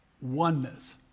Oneness